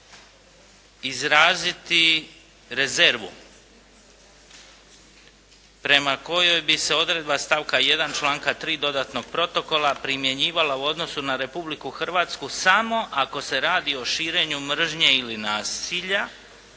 izraziti rezervu prema kojoj bi se odredba stavka 1. članka 3. dodatnog protokola primjenjivala u odnosu na Republiku Hrvatsku samo ako se radi o širenju mržnje ili nasilja,